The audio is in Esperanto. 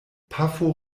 pafo